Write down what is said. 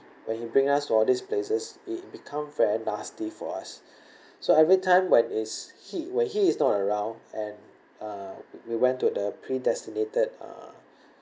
when he bring us for these places it become very nasty for us so every time when is he when he is not around and uh we went to the predestinated uh